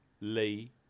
Lee